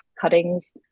cuttings